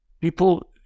people